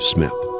Smith